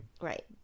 Right